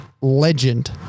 legend